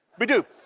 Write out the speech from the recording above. we do.